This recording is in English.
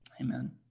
amen